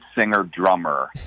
singer-drummer